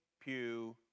pew